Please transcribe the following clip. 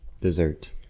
dessert